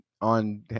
on